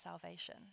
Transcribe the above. salvation